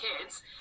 kids